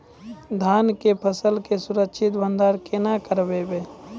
धान के फसल के सुरक्षित भंडारण केना करबै?